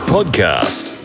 Podcast